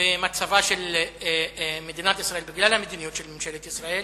במצבה של מדינת ישראל בגלל המדיניות של ממשלת ישראל.